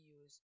use